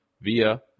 via